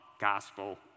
gospel